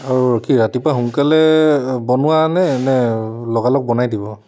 আৰু কি ৰাতিপুৱা সোনকালে বনোৱা নে লগালগ বনাই দিব